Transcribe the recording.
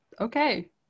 okay